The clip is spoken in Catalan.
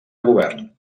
govern